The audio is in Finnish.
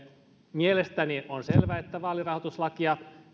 mielestäni on selvää että vaalirahoituslakia